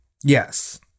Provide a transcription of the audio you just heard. Yes